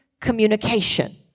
communication